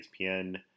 ESPN